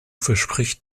verspricht